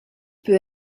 peut